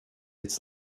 its